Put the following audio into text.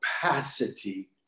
capacity